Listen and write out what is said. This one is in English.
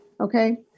Okay